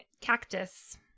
Cactus